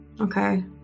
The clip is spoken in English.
Okay